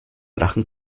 lachen